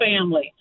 family